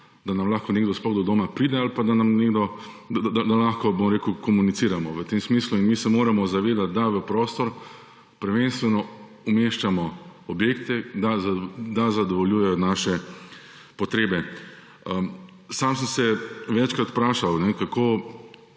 da nam lahko nekdo sploh do doma pride ali pa da komuniciramo v tem smislu. Mi se moramo zavedati, da v prostor prvenstveno umeščamo objekte, da zadovoljujejo naše potrebe. Sam sem se večkrat vprašal, kako